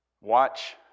Watch